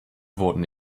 wurden